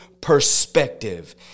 perspective